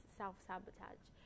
self-sabotage